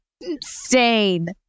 insane